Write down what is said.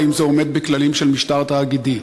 האם זה עומד בכללים של משטר תאגידי.